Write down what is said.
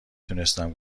تونستم